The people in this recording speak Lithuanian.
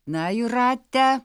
na jūrate